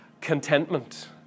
contentment